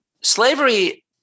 Slavery